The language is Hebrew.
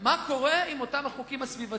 מה קורה עם אותם חוקים סביבתיים.